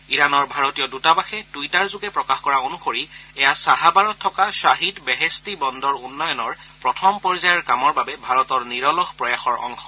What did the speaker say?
ইৰাণৰ ভাৰতীয় দুতাবাসে টুইটাৰযোগে প্ৰকাশ কৰা অনুসৰি এয়া চাহাবাৰত থকা শ্বাহিদ বেহেছটি বন্দৰ উন্নয়নৰ প্ৰথম পৰ্যায়ৰ কামৰ বাবে ভাৰতৰ নিৰলস প্ৰয়াসৰ অংশ